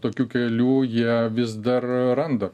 tokių kelių jie vis dar randa